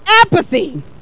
apathy